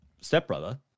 stepbrother